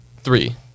three